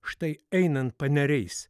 štai einant paneriais